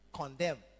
condemn